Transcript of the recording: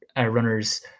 runners